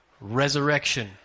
resurrection